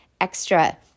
extra